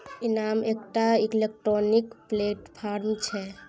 इनाम एकटा electronic platform छै